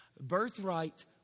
Birthright